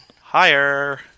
Higher